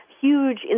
huge